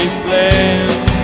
flames